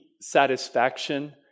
satisfaction